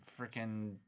freaking